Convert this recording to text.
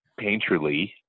painterly